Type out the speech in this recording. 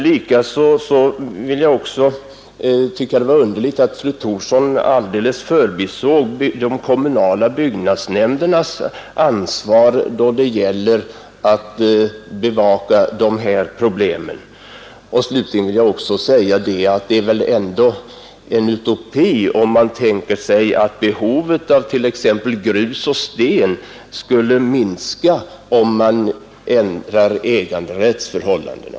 Likaså tycker jag att det var underligt att fru Thorsson helt förbisåg de kommunala byggnadsnämndernas ansvar då det gäller att bevaka dessa problem. Slutligen vill jag säga att det väl ändå är en utopi att tänka sig att behovet av t.ex. grus och sten med därav följande ingrepp i naturen skulle minska, om man ändrar äganderättsförhållandena.